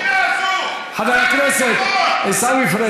איך אני אפנה אליו, חבר הכנסת עיסאווי פריג'.